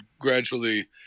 gradually